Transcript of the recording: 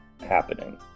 happening